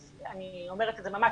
אני אומרת את זה ממש,